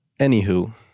Anywho